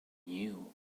new